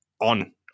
on